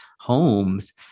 Homes